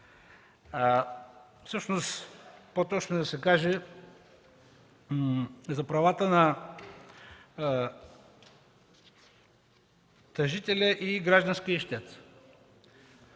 ищец. По-точно е да се каже за правата на тъжителя и гражданския ищец.